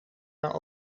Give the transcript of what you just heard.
haar